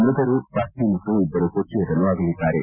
ಮೃತರು ಪತ್ನಿ ಮತ್ತು ಅಭ್ಯರು ಪುತ್ರಿಯರನ್ನು ಅಗಲಿದ್ದಾರೆ